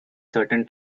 certain